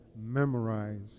memorize